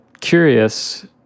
curious